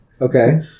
Okay